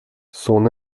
son